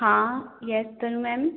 हाँ yes Tanu ma'am